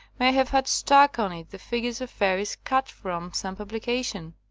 may have had stuck on it the figures of fairies cut from some publica tion.